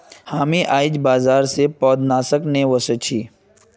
हामी आईझ बाजार स पौधनाशक ने व स छि